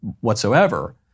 whatsoever